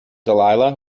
dahlia